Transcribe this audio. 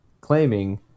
claiming